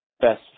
best